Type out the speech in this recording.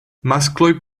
maskloj